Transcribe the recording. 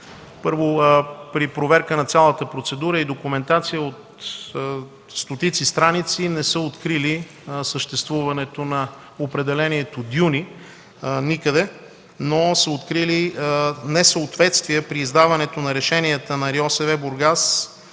първо, при проверка на цялата процедура и документация от стотици страници никъде не са открили съществуването на определението „дюни”, но са открили несъответствия при издаването на решенията на РИОСВ – Бургас,